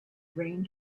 brain